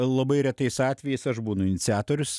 labai retais atvejais aš būnu iniciatorius